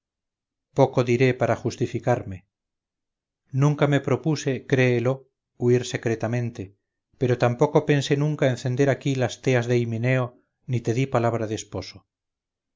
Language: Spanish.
poco diré para justificarme nunca me propuse créelo huir secretamente pero tampoco pensé nunca encender aquí las teas de himeneo ni te di palabra de esposo